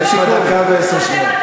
לסיכום, יש לך דקה ועשר שניות.